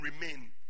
remain